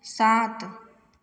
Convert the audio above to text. सात